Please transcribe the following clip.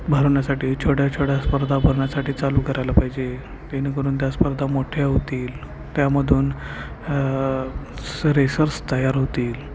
भरण्यासाठी छोट्या छोट्या स्पर्धा भरण्यासाठी चालू करायला पाहिजे जेणेकरून त्या स्पर्धा मोठ्या होतील त्यामधून स रेसर्स तयार होतील